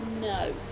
No